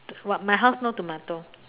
what my house no tomato